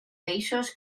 peixos